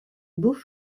beau